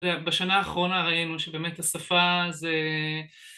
אתה יודע, בשנה האחרונה ראינו שבאמת השפה זה